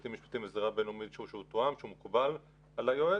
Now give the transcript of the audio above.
שהוא --- שהוא מקובל על היועץ.